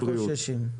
עדיין חוששים.